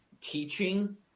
teaching